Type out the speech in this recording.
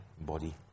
body